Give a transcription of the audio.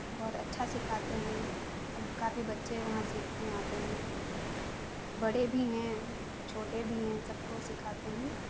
بہت اچھا سکھاتے ہیں کافی بچے وہاں سیکھنے آتے ہیں بڑے بھی ہیں چھوٹے بھی ہیں سب کو سکھاتے ہیں